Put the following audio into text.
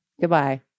Goodbye